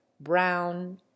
brown